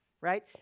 right